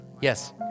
Yes